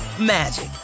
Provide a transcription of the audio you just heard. magic